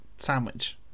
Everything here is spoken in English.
sandwich